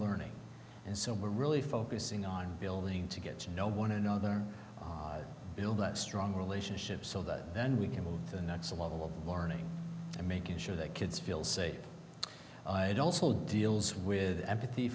learning and so we're really focusing on building to get to know one another build that strong relationship so that then we can move the next level of learning and making sure that kids feel safe i'd also deals with empathy